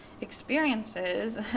experiences